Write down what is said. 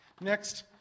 Next